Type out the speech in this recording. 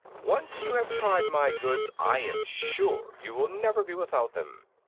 once you have tried my goods i am sure you will never be without them.